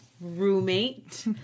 roommate